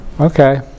Okay